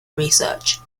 research